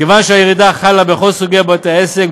מכיוון שהירידה חלה בכל סוגי בתי העסק,